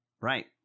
Right